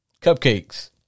Cupcakes